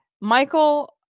Michael